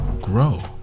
grow